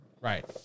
Right